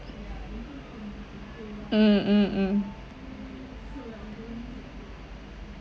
mm mm mm